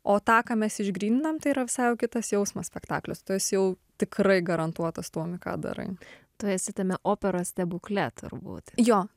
o tą ką mes išgryninam tai yra visai jau kitas jausmas spektaklio tu esi jau tikrai garantuotas tuomi ką darai tu esi tame operos stebukle turbūt jo